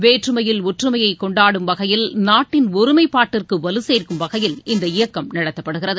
வேற்றுமையில் ஒற்றுமையை கொண்டாடும் வகையில் நாட்டின் ஒருமைப்பாட்டிற்கு வலுசேர்க்கும் வகையில் இந்த இயக்கம் நடத்தப்படுகிறது